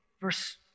verse